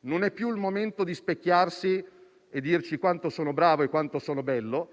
Non è più il momento di specchiarsi e dirci quanto è bravo e bello.